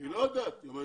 היא לא יודעת,